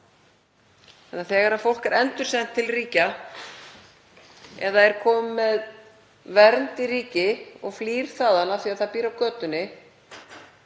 Þegar fólk er endursent til ríkja eða er komið með vernd í ríki og flýr þaðan af því að það býr á götunni